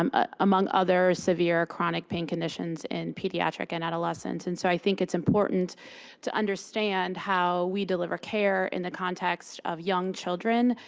um ah among other severe chronic pain conditions in pediatric and adolescents. and so i think it's important to understand how we deliver care in the context of young children